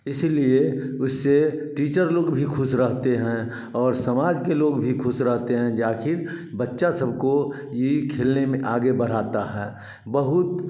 इसी लिए उससे टीचर लोग भी ख़ुश रहते हैं और समाज के लोग भी ख़ुश रहते हैं कि आख़िर बच्चा सब को यह खेलने में आगे बढ़ाता है बहुत